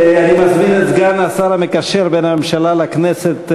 אני מזמין את סגן השר המקשר בין הממשלה לכנסת,